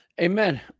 Amen